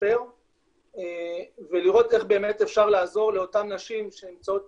ולשפר ולראות איך באמת לעזור לאותן נשים שנמצאות